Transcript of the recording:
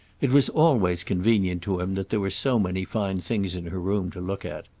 it was always convenient to him that there were so many fine things in her room to look at.